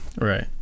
Right